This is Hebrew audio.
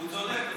הוא לא יודע.